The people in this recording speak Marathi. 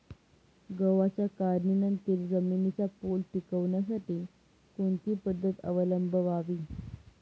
गव्हाच्या काढणीनंतर जमिनीचा पोत टिकवण्यासाठी कोणती पद्धत अवलंबवावी?